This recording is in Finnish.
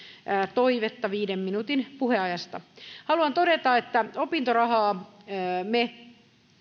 toivetta viiden minuutin puheajasta haluan todeta että opintorahaa me